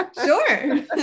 sure